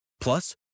Plus